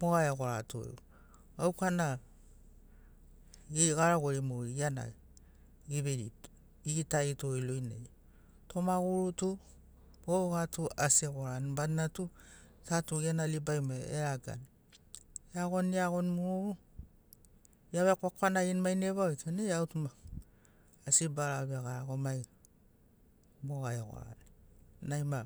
moga egorato gauka na geri garagori mogeri giana eveiri egitarito lorinai toma guru tu moga tu asi egorani badina tu ta tu gena libai mo eragani eagoni eagoni mu evekwakwanagini mainai vau etoni eee autu asi bara vegarago mai moga egorani nai ma